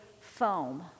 foam